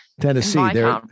Tennessee